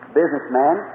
businessman